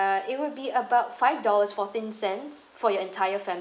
it would be about five dollars fourteen cents for your entire fam~